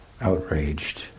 outraged